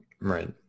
Right